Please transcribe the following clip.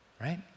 right